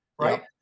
right